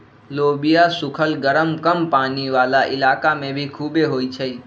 लोबिया सुखल गरम कम पानी वाला इलाका में भी खुबे होई छई